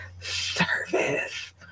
Service